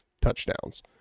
touchdowns